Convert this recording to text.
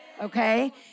okay